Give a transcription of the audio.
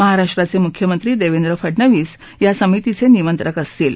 महाराष्ट्राचे मुख्यमंत्री देवेंद्र फडनवीस या समितीचे निमंत्रक असतील